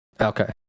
Okay